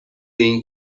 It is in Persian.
این